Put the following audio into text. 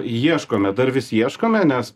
ieškome dar vis ieškome nes